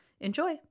Enjoy